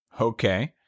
Okay